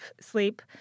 sleep